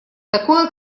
такое